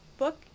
Book